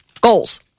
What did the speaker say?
Goals